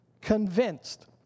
convinced